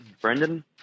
Brendan